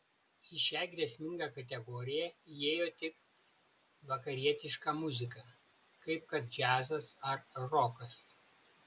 į šią grėsmingą kategoriją įėjo tik vakarietiška muzika kaip kad džiazas ar rokas